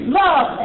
love